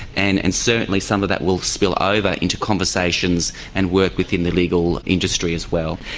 and and certainly some of that will spill over into conversations and work within the legal industry as well.